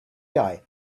guy